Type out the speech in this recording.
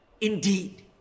indeed